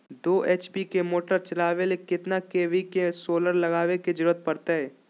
दो एच.पी के मोटर चलावे ले कितना के.वी के सोलर लगावे के जरूरत पड़ते?